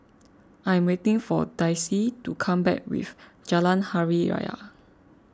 I'm waiting for Daisie to come back with Jalan Hari Raya